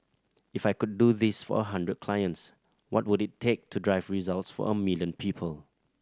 if I could do this for a hundred clients what would it take to drive results for a million people